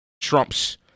trumps